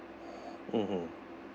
mmhmm